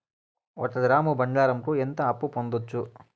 ఒక గ్రాము బంగారంకు ఎంత అప్పు పొందొచ్చు